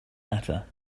latter